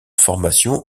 formation